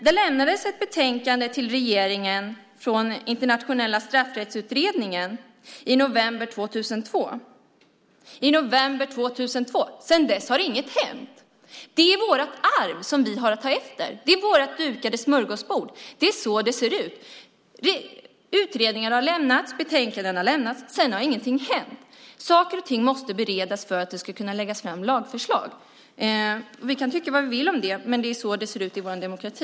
Det lämnades ett betänkande till regeringen från Internationella straffrättsutredningen i november 2002. Sedan dess har inget hänt. Det är ett arv som vi har att ta över. Det är vårt dukade smörgåsbord. Det är så det ser ut. Utredningar har lämnats, betänkanden har lämnats, sedan har ingenting hänt. Saker och ting måste beredas för att det ska kunna läggas fram lagförslag. Vi kan tycka vad vi vill om det, men det är så det ser ut i vår demokrati.